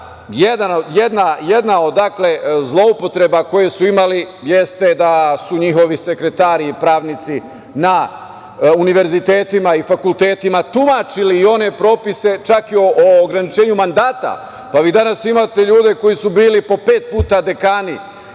jedna od zloupotreba koju su imali jeste da su njihovi sekretari i pravnici na univerzitetima i fakultetima tumačili i one propise čak i o ograničenju mandata. Vi danas imate ljude koji su bili po pet puta dekani